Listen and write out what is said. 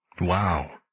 Wow